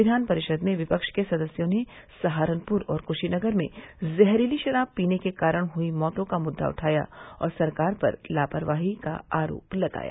विधान परिषद में विपक्ष के सदस्यों ने सहारनपुर और कुशीनगर में जहरीली शराब पीने के कारण हुई मौतों का मुद्दा उठाया और सरकार पर लापरवाही का आरोप लगाया